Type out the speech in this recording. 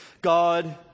God